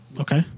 Okay